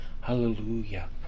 hallelujah